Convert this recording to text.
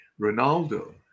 Ronaldo